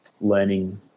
learning